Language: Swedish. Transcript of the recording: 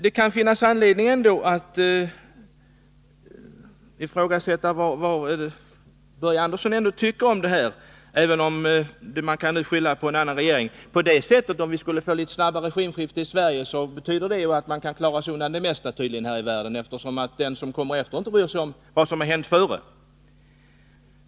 Det kan finnas anledning med klorfenolmeatt fråga vad Börje Andersson anser i den här frågan, även om det nu går att — del skylla på en annan regering. Ser man saken på det sättet, betyder det ju, att om vi får snabba regimskiften i Sverige, kan man klara sig undan det mesta här i världen — ett nytt statsråd behöver i så fall inte bry sig om vad som har hänt tidigare.